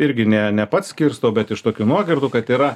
irgi ne ne pats skirstau bet iš tokių nuogirdų kad yra